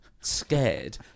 scared